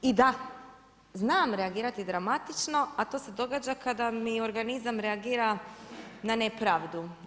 I da, znam reagirati dramatično a to se događa kada mi organizam reagira na nepravdu.